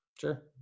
Sure